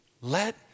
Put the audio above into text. Let